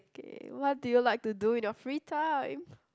what do you like to do in your free time